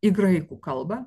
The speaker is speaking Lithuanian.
į graikų kalbą